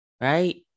right